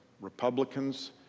Republicans